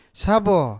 sabo